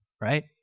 right